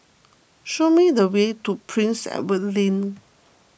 show me the way to Prince Edward Link